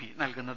P നൽകുന്നത്